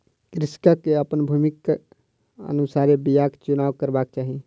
कृषक के अपन भूमिक अनुसारे बीयाक चुनाव करबाक चाही